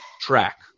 track